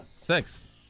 Six